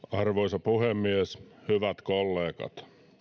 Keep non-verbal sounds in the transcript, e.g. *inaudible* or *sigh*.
*unintelligible* arvoisa puhemies hyvät kollegat